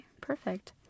perfect